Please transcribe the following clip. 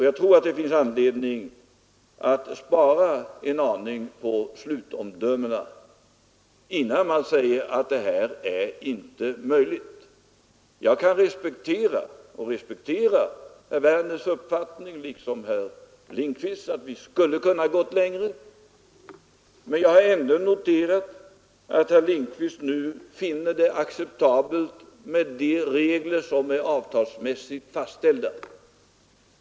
Jag tror att det finns anledning att spara en aning på slutomdömena och inte alltför snabbt säga att det här inte är möjligt. Jag kan respektera herr Werners uppfattning liksom herr Lindkvists, att vi skulle kunna ha gått längre, men jag har noterat att herr Lindkvist nu finner det acceptabelt med de regler som är avtalsmässigt fastställda.